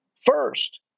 First